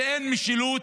ואין משילות,